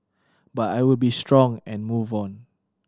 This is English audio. but I will be strong and move on